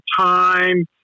time